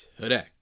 today